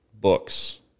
books